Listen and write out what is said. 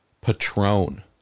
Patron